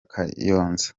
kayonza